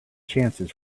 chances